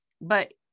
But-